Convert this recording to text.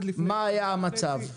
מה היה המצב?